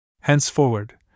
Henceforward